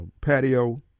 patio